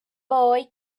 boy